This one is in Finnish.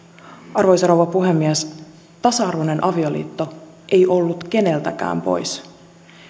arvoisa rouva puhemies tasa arvoinen avioliitto ei ollut keneltäkään pois